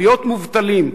להיות מובטלים.